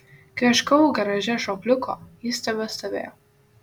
kai ieškojau garaže šokliuko jis tebestovėjo